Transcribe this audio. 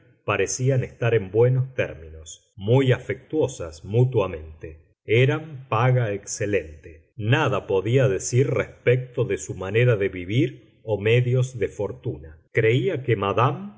parecían estar en buenos términos muy afectuosas mutuamente eran paga excelente nada podía decir respecto de su manera de vivir o medios de fortuna creía que madame